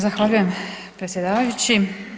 Zahvaljujem predsjedavajući.